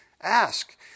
Ask